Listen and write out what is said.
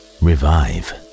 revive